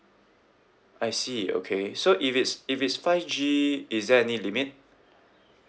I see okay so if it's if it's five G is there any limit